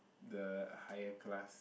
the higher class